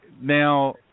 Now